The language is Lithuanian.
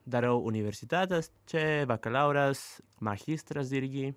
darau universitetas čia bakalauras machistras irgi